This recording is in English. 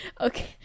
okay